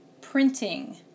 printing